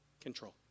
control